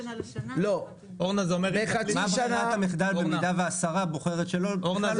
מה ברירת המחדל במידה והשרה בוחרת שלא להתייחס?